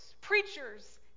preachers